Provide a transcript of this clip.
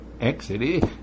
exit